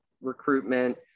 recruitment